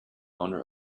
owner